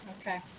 Okay